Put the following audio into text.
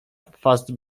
fast